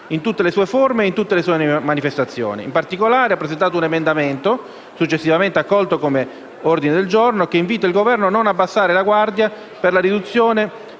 in tutte le sue forme e manifestazioni. In particolare, ho presentato un emendamento - successivamente accolto sotto forma di ordine del giorno - che invita il Governo a non abbassare la guardia per la riduzione